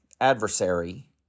adversary